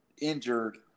injured